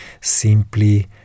simply